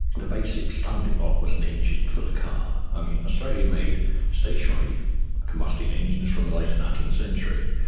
the basic stumbling block was an engine for the car. i mean australia made stationary combustion engines from the late nineteenth century,